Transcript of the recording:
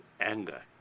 anger